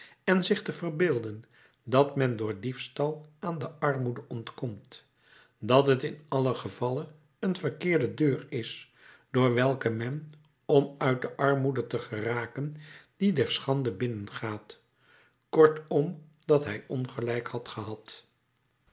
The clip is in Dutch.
en zich te verbeelden dat men door diefstal aan de armoede ontkomt dat het in allen gevalle een verkeerde deur is door welke men om uit de armoede te geraken die der schande binnengaat kortom dat hij ongelijk had gehad